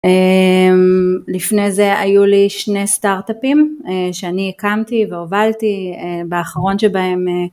לפני זה היו לי שני סטארטאפים, שאני הקמתי והובלתי באחרון שבהם